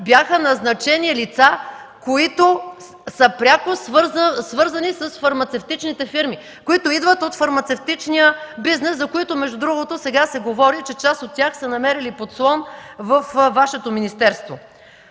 бяха назначени лица, които са пряко свързани с фармацевтичните фирми, които идват от фармацевтичния бизнес. Между другото, сега се говори, че част от тях са намерили подслон във Вашето министерство.